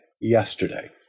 Yesterday